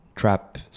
trap